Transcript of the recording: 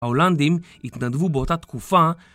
מה המצב, חבר?